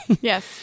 Yes